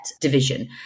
division